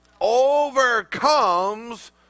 Overcomes